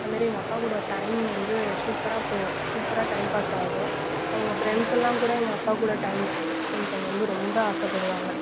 அது மாரி எங்கள் அப்பா கூட டைம் வந்து சூப்பராக போகும் சூப்பராக டைம்பாஸ் ஆகும் அவங்க ஃப்ரெண்ட்ஸ் எல்லாம் கூட எங்கள் அப்பா கூட டைம் ஸ்பென்ட் பண்ண வந்து ரொம்ப ஆசைப்படுவாங்க